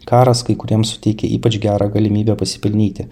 karas kai kuriems suteikė ypač gerą galimybę pasipelnyti